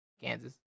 Kansas